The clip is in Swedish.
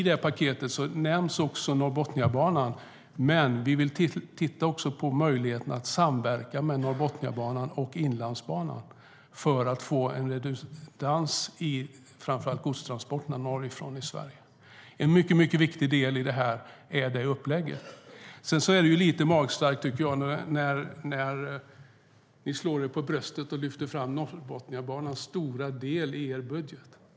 I paketet nämns också Norrbotniabanan, men vi vill titta på möjligheten till samverkan mellan Norrbotniabanan och Inlandsbanan för att få en redundans i framför allt godstransporterna från norra Sverige. En mycket viktig del i detta är det upplägget. Det är lite magstarkt när ni slår er för bröstet och lyfter fram Norrbotniabanans stora del i er budget.